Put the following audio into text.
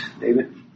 David